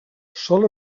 sol